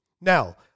Now